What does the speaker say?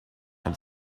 had